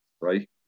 right